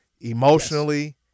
emotionally